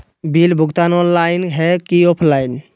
Bill भुगतान online है की ऑफलाइन?